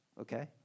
okay